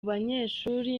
banyeshuri